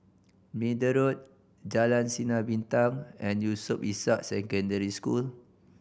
Middle Road Jalan Sinar Bintang and Yusof Ishak Secondary School